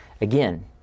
Again